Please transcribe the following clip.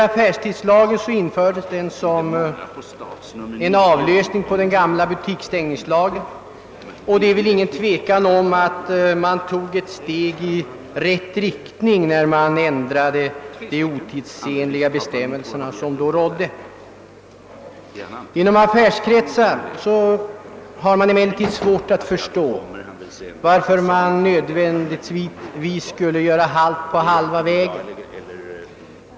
Affärstidslagen infördes som en avlösning av den gamla butikstängningslagen, och det är ingen tvekan om att man tog ett steg i rätt riktning när man ändrade de otidsenliga bestämmelser som förut gällde. Jag har emellertid svårt att förstå varför det nödvändigtvis skulle göras halt på halva vägen.